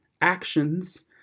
actions